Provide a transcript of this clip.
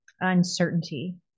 uncertainty